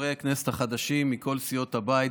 חברי הכנסת החדשים מכל סיעות הבית.